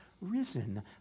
risen